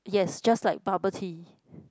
yes just like bubble tea